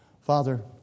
Father